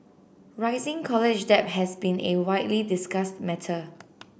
rising college debt has been a widely discussed matter